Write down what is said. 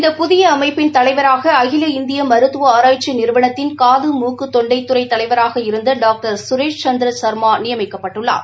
இந்த புதிய அமைப்பின் தலைவராக அகில இந்திய மருத்துவ ஆராய்ச்சி நிறுவனத்தின் காது மூக்கு தொண்டை துறை தலைவராக இருந்த டாக்டர் சுரேஷ் சந்திர சா்மா நியமிக்கப்பட்டுள்ளார்